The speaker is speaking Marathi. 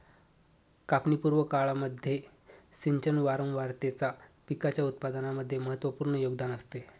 कापणी पूर्व काळामध्ये सिंचन वारंवारतेचा पिकाच्या उत्पादनामध्ये महत्त्वपूर्ण योगदान असते